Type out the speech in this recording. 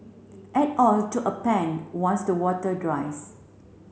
add oil to a pan once the water dries